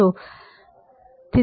બરાબર